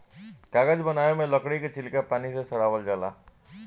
कागज बनावे मे लकड़ी के छीलका पानी मे सड़ावल जाला